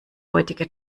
heutige